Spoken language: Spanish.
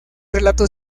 relato